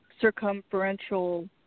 circumferential